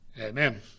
Amen